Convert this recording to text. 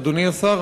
אדוני השר,